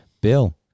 bill